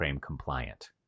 compliant